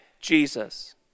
Jesus